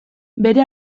bere